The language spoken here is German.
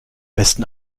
besten